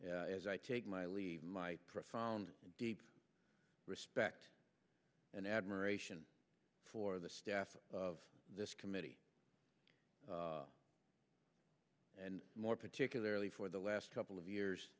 state as i take my leave my profound deep respect and admiration for the staff of this committee and more particularly for the last couple of years